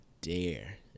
dare